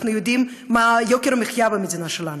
אנחנו יודעים מה יוקר המחיה במדינה שלנו.